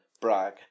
brag